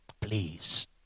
Please